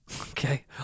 Okay